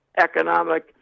economic